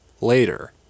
later